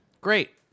Great